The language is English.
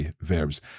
verbs